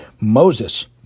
Moses